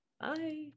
Bye